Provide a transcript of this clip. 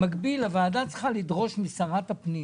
במקביל הוועדה צריכה לדרוש משרת הפנים